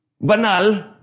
banal